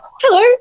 hello